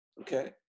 okay